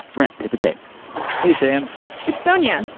brent, the tape hey, sam it's sonya.